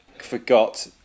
forgot